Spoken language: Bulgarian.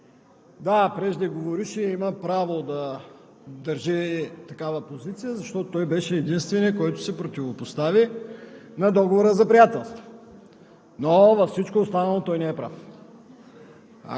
Да, преждеговорившият има право да държи такава позиция, защото той беше единственият, който се противопостави на Договора за приятелство, но във всичко останало той не е прав.